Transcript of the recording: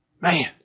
Man